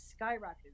skyrocketed